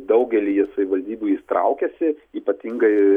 daugelyje savivaldybių jis traukiasi ypatingai